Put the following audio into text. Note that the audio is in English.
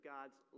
God's